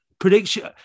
Prediction